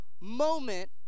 moment